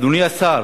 אדוני השר,